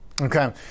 Okay